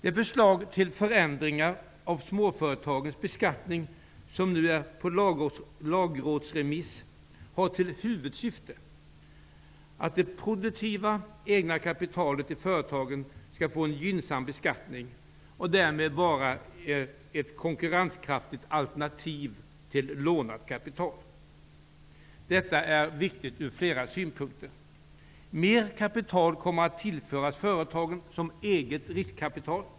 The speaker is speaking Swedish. Det förslag till förändringar av småföretagens beskattning som nu är på lagrådsremiss har till huvudsyfte att det produktiva egna kapitalet i företagen skall få en gynnsam beskattning och därmed vara ett konkurrenskraftigt alternativ till lånat kapital. Detta är viktigt ur flera synpunkter. Mer kapital kommer att tillföras företagen som eget riskkapital.